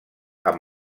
amb